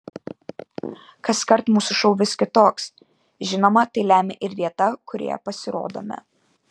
kaskart mūsų šou vis kitoks žinoma tai lemia ir vieta kurioje pasirodome